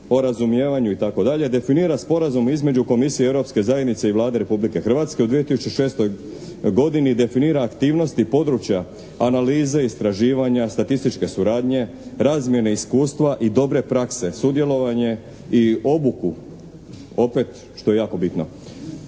o razumijevanju, itd., definira sporazum između komisije Europske zajednice i Vlade Republike Hrvatske u 2006. godini definira aktivnosti područja, analize, istraživanja, statističke suradnje, razmjene iskustva i dobre prakse, sudjelovanje i obuku, opet što je jako bitno.